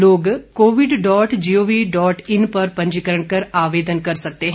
लोग covid dot GOV dot in पर पंजीकरण कर आवेदन कर सकते हैं